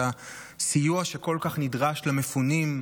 את הסיוע שכל כך נדרש למפונים,